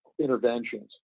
interventions